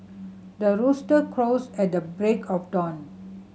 the rooster crows at the break of dawn